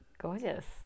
Gorgeous